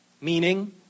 Meaning